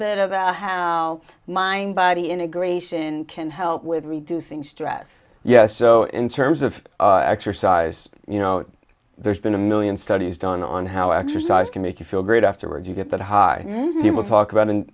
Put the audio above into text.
bit about how mind body integration can help with reducing stress yes so in terms of exercise you know there's been a million studies done on how exercise can make you feel great afterwards you get that high when people talk about